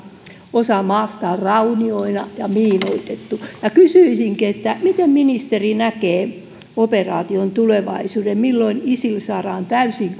osa maasta on raunioina ja ja miinoitettu kysyisinkin miten ministeri näkee operaation tulevaisuuden milloin isil saadaan täysin